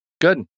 Good